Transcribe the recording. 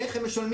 איך הם משלמים?